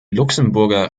luxemburger